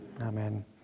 Amen